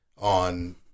on